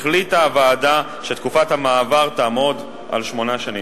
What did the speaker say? החליטה הוועדה שתקופת המעבר תהיה שמונה שנים.